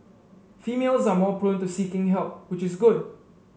females are more prone to seeking help which is good